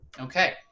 Okay